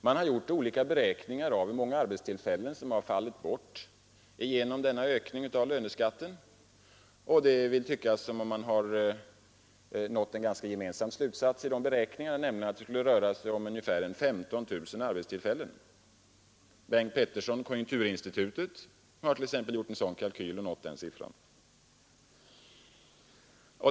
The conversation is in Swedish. Det har gjorts olika beräkningar av hur många arbetstillfällen som har fallit bort genom denna ökning av löneskatten, och den gemensamma slutsatsen av dessa beräkningar tycks visa att det skulle röra sig om ca 15 000 arbetstillfällen. Bengt Pettersson vid konjunkturinstitutet har t.ex. gjort en kalkyl och fått fram den siffran.